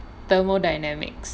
thermal dynamics